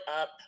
up